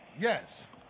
Yes